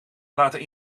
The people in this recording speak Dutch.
laten